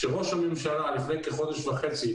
כשראש הממשלה לפני כחודש וחצי,